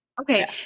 okay